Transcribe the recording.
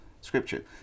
Scripture